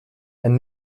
ein